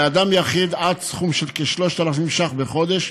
לאדם יחיד, עד סכום של כ-3,000 שקל בחודש,